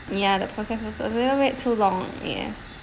ya the process was a little bit too long yes